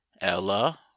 ella